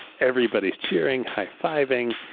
everybody's cheering, high-fiving,